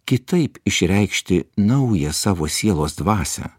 kitaip išreikšti naują savo sielos dvasią